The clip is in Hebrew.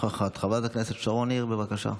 חברת הכנסת שרון ניר, בבקשה.